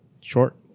Short